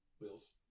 wheels